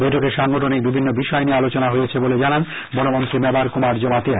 বৈঠকে সাংগঠনিক বিভিন্ন বিষয় নিয়ে আলোচনা হয়েছে বলে জানান বনমন্ত্রী মেবার কুমার জমাতিয়া